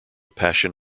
passion